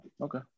Okay